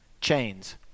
chains